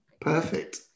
perfect